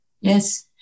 Yes